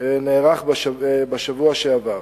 נערך בשבוע שעבר.